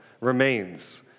remains